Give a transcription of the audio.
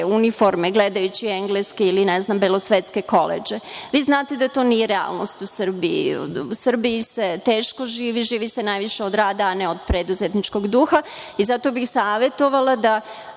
uniforme, gledajući engleske ili belosvetske koledže. Vi znate da to nije realnost u Srbiji. U Srbiji se teško živi, živi se najviše od rada, a ne od preduzetničkog duha. Zato bih savetovala da